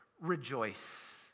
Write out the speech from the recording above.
rejoice